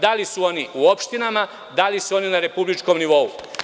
Da li su oni u opštinama, da li su oni na republičkom nivou?